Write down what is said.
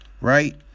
Right